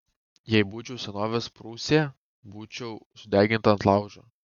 jei būčiau senovės prūsė būčiau sudeginta ant laužo